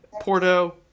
Porto